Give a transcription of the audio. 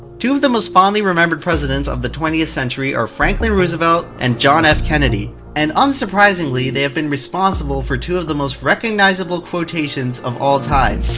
two of the most fondly remembered presidents of the twentieth century are franklin roosevelt and john f. kennedy. and unsurprisingly, they have been responsible for two of the most recognizable quotations of all time.